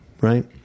Right